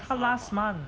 他 last month